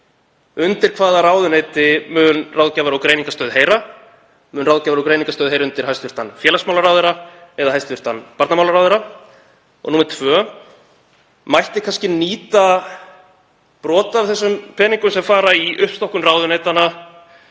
Undir hvaða ráðuneyti mun Ráðgjafar- og greiningarstöð heyra? Mun Ráðgjafar- og greiningarstöð heyra undir hæstv. félagsmálaráðherra eða hæstv. barnamálaráðherra? Númer tvö: Mætti kannski nýta brot af þeim peningum sem fara í uppstokkun ráðuneytanna